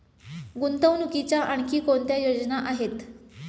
गुंतवणुकीच्या आणखी कोणत्या योजना आहेत?